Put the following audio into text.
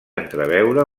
entreveure